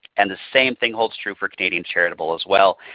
and the same thing holds true for canadian charitable as well.